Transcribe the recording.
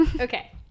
okay